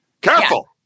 Careful